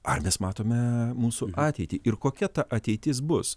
ar nes matome mūsų ateitį ir kokia ta ateitis bus